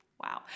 wow